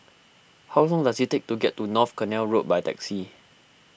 how long does it take to get to North Canal Road by taxi